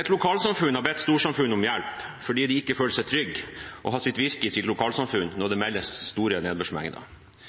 Et lokalsamfunn har bedt storsamfunnet om hjelp fordi det ikke føles trygt å ha sitt virke i lokalsamfunnet når det meldes om store nedbørsmengder.